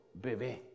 bebé